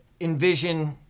envision